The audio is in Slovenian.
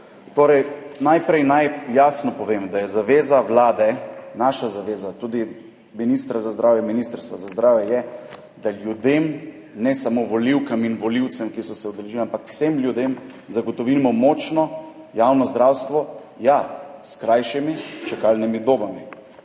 odzovem. Najprej naj jasno povem, da je zaveza vlade, naša zaveza, tudi ministra za zdravje, ministrstva za zdravje, da ljudem, ne samo volivkam in volivcem, ki so se udeležili, ampak vsem ljudem zagotovimo močno javno zdravstvo, ja, s krajšimi čakalnimi dobami.